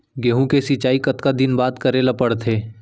गेहूँ के सिंचाई कतका दिन बाद करे ला पड़थे?